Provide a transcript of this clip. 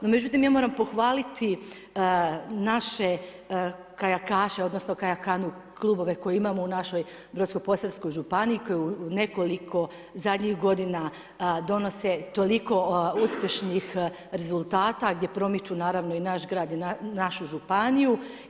No međutim ja moram pohvaliti naše kajakaše, odnosno kajakanu klubove koje imamo u našoj Brodsko-posavskoj županiji koji u nekoliko zadnjih godina donose toliko uspješnih rezultata gdje promiču naravno i naš grad i našu županiju.